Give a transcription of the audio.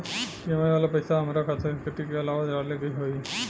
EMI वाला पैसा हाम्रा खाता से कटी की अलावा से डाले के होई?